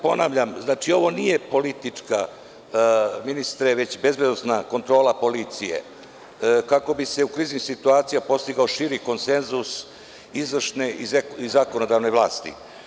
Ponavljam, ovo nije politička, već bezbednosna kontrola policije, kako bi se u kriznim situacijama postigao što širi konsenzus izvršne i zakonodavne vlasti.